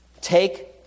take